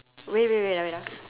wait wait wait wait ah wait ah